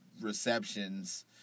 receptions